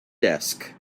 desk